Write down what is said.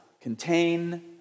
contain